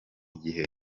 igihe